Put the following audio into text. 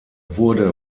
wurde